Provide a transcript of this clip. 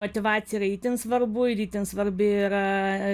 motyvacija yra itin svarbu ir itin svarbi yra